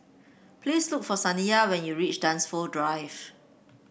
please look for Saniyah when you reach Dunsfold Drive